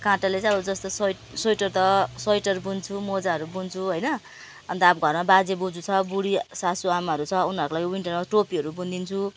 काँटाले चाहिँ अब जस्तो स्वेट् स्वेटर त स्वेटर बुन्छु मोजाहरू बुन्छु होइन अन्त अब घरमा बाजे बोजू छ बुढी सासु आमाहरू छ उनीहरूलाई विन्टरमा टोपीहरू बुनिदिन्छु